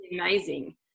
amazing